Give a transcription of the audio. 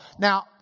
Now